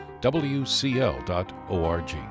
wcl.org